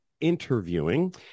interviewing